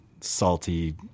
salty